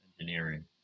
engineering